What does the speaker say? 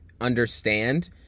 understand